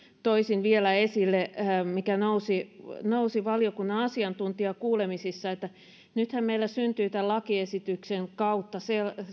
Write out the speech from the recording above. toisin vielä esille mikä nousi nousi valiokunnan asiantuntijakuulemisissa nythän meillä syntyy tämän lakiesityksen kautta